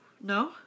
No